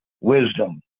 wisdom